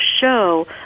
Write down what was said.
show